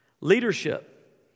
Leadership